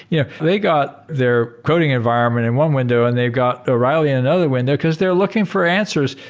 yeah they got their coding environment in one window and they've got o'reilly in another window because they're looking for answers.